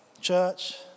church